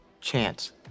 Chance